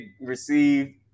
receive